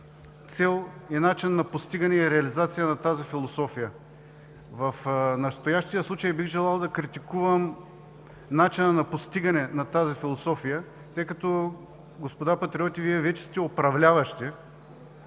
цел, начин на постигане и реализация на тази философия. В настоящия случай бих желал да критикувам начина на постигане на тази философия, тъй като, господа Патриоти, Вие вече сте управляващи